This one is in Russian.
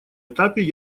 этапе